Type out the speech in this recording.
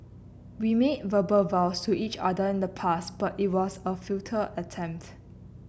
we made verbal vows to each other in the past but it was a futile attempt